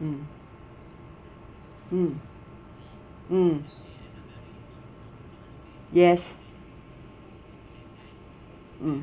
mm mm mm yes mm